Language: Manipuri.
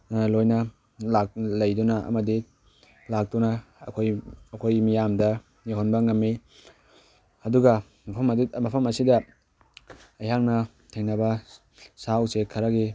ꯂꯣꯏꯅ ꯂꯩꯗꯨꯅ ꯑꯃꯗꯤ ꯂꯥꯛꯇꯨꯅ ꯑꯩꯈꯣꯏ ꯑꯩꯈꯣꯏ ꯃꯤꯌꯥꯝꯗ ꯌꯧꯍꯟꯕ ꯉꯝꯃꯤ ꯑꯗꯨꯒ ꯃꯐꯝ ꯃꯐꯝ ꯑꯁꯤꯗ ꯑꯩꯍꯥꯛꯅ ꯊꯦꯡꯅꯕ ꯁꯥ ꯎꯆꯦꯛ ꯈꯔꯒꯤ